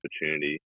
opportunity